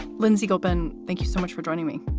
lindsay galban, thank you so much for joining me.